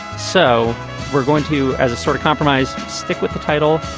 so we're going to as a sort of compromise stick with the title.